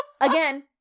Again